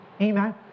amen